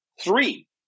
three